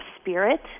spirit